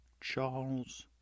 Charles